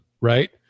right